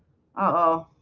oh,